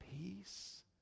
peace